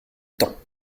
temps